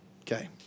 Okay